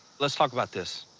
let's talk about this.